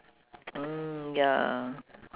mm ya